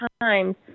times